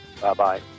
Bye-bye